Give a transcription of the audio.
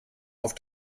auf